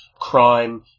Crime